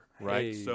right